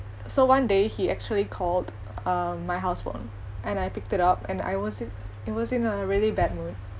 so one day he actually called um my house phone and I picked it up and I was in I was in a really bad mood